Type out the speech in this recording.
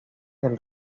del